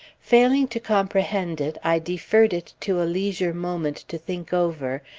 failing to comprehend it, i deferred it to a leisure moment to think over,